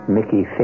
Mickey